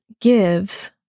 gives